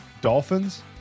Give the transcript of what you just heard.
Dolphins